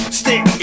stick